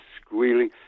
squealing